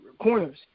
corners